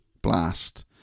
blast